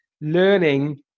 learning